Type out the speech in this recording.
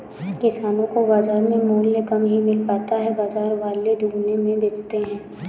किसानो को बाजार में मूल्य कम ही मिल पाता है बाजार वाले दुगुने में बेचते है